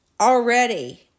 already